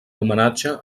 homenatge